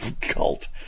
cult